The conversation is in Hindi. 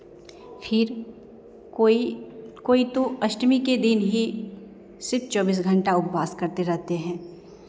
फिर कोई कोई तो अष्टमी के दिन ही सिर्फ चौबीस घंटा उपवास करते रहते हैं